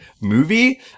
movie